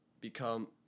become